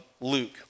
Luke